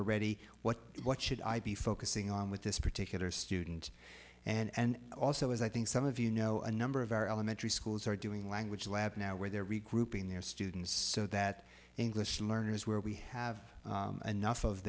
already what what should i be focusing on with this particular student and also as i think some of you know a number of our elementary schools are doing language lab now where they're regrouping their students so that english learners where we have enough of